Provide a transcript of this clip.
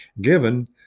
given